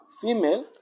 female